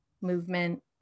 movement